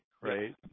right